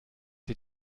sie